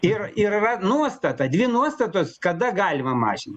ir ir yra nuostata dvi nuostatos kada galima mažin